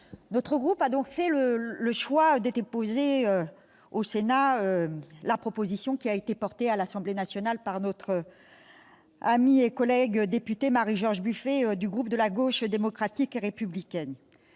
notre groupe a fait le choix de déposer au Sénat la proposition de loi qui a été portée à l'Assemblée nationale par notre amie et collègue députée Marie-George Buffet, du groupe Gauche démocrate et républicaine.